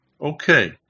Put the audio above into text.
Okay